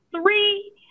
three